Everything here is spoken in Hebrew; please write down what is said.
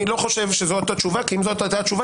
אני לא חושב שזאת התשובה כי אם זאת הייתה התשובה